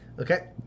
okay